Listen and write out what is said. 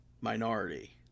minority